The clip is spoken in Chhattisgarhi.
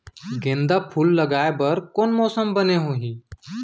गेंदा फूल लगाए बर कोन मौसम बने होही?